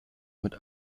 mit